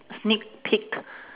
sneak peek